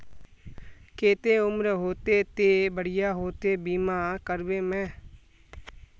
केते उम्र होते ते बढ़िया होते बीमा करबे में?